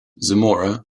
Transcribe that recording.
zamora